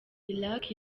iraq